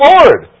Lord